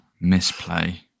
misplay